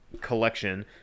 collection